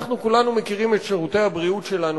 כולנו מכירים את שירותי הבריאות שלנו,